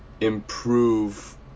improve